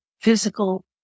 physical